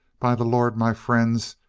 by the lord, my friends,